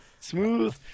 Smooth